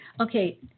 okay